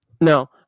No